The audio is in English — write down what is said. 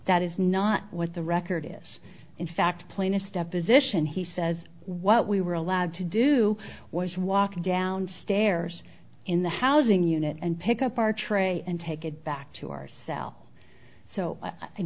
that is not what the record is in fact plainness deposition he says what we were allowed to do was walk down stairs in the housing unit and pick up our tray and take it back to our cell so i